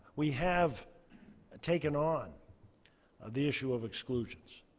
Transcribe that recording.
we have and taken on the issue of exclusions.